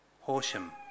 Horsham